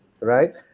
right